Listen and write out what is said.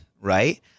right